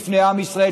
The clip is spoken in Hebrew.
בפני עם ישראל,